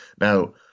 Now